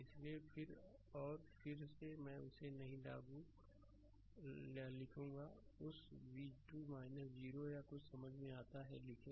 इसलिए फिर और फिर से मैं उसे नहीं लिखूंगा उस v2 0 या कुछ समझ में आता है लिखें